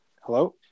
Hello